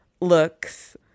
looks